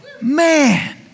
Man